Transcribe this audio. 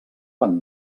van